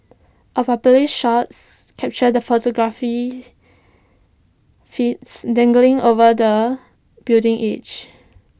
A popular shots captures the photographer feet dangling over the building edge